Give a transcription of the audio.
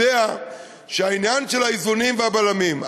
יודע שהעניין של האיזונים והבלמים,